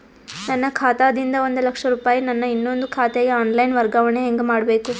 ನನ್ನ ಖಾತಾ ದಿಂದ ಒಂದ ಲಕ್ಷ ರೂಪಾಯಿ ನನ್ನ ಇನ್ನೊಂದು ಖಾತೆಗೆ ಆನ್ ಲೈನ್ ವರ್ಗಾವಣೆ ಹೆಂಗ ಮಾಡಬೇಕು?